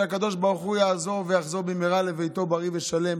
שהקדוש ברוך הוא יעזור והוא יחזור במהרה לביתו בריא ושלם,